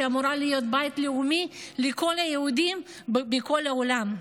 שאמורה להיות בית לאומי לכל היהודים בכל העולם?